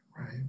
right